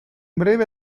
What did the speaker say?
breve